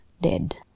dead